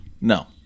No